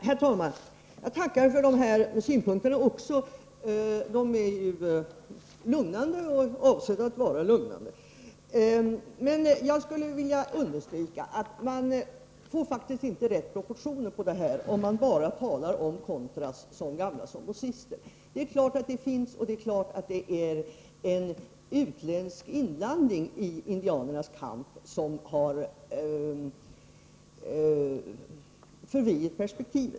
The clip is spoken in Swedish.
Herr talman! Jag tackar också för dessa synpunkter. De är lugnande, och avsedda att vara lugnande. Men jag skulle vilja understryka att man faktiskt inte får de rätta proportionerna på detta om man bara talar om contras som gamla somozister. Det är klart att det finns en utländsk inblandning i indianernas kamp och att det är denna som förvridit perspektivet.